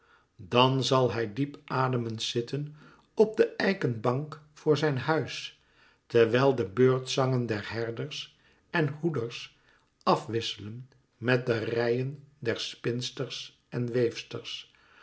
dàn zal hij diep ademend zitten op de eiken bank voor zijn huis terwijl de beurtzangen der herders en hoeders af wisselen met de reien der spinsters en weefsters